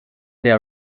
der